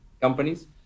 companies